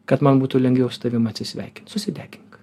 kad man būtų lengviau su tavim atsisveikint susidegink